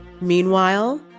Meanwhile